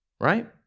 Right